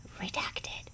Redacted